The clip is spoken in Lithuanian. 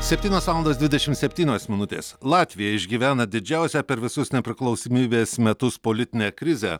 septynios valandos dvidešim septynios minutės latvija išgyvena didžiausią per visus nepriklausomybės metus politinę krizę